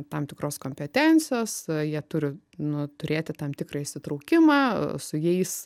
tam tikros kompetencijos jie turi nu turėti tam tikrą įsitraukimą su jais